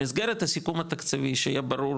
במסגרת הסיכום התקציבי שתהיה ברורה